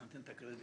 אתן את הקרדיט.